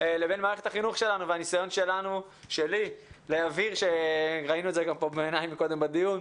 אז אולי זה גם מה שאני אמורה לעשות.